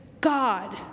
God